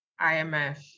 IMF